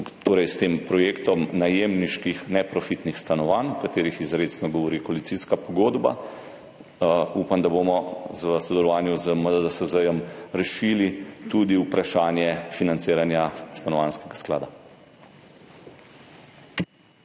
Vzporedno s projektom najemniških neprofitnih stanovanj, o katerih izrecno govori koalicijska pogodba, upam, da bomo v sodelovanju z MDDSZ rešili tudi vprašanje financiranja stanovanjskega sklada.